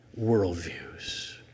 worldviews